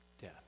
death